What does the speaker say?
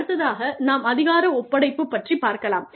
அடுத்ததாக நாம் அதிகார ஒப்படைப்பு பற்றிப் பார்க்கலாம்